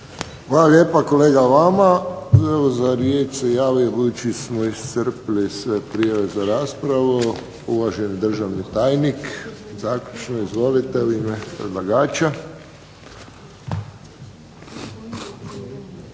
Hvala lijepo kolega vama. Evo za riječ se javio, budući smo iscrpili sve prijave za raspravu, uvaženi državni tajnik, zaključno. Izvolite, u ime predlagača.